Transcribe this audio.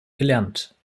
gelernt